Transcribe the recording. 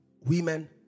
women